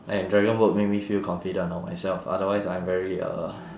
and dragon boat make me feel confident about myself otherwise I'm very uh